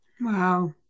Wow